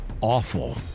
awful